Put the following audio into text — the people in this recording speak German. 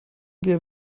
wir